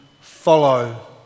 follow